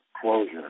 closure